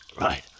Right